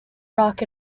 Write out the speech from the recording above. rock